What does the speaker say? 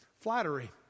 Flattery